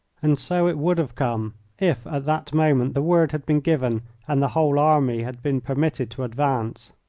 and so it would have come if at that moment the word had been given and the whole army had been permitted to advance.